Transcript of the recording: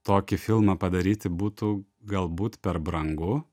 tokį filmą padaryti būtų galbūt per brangu